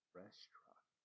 restaurant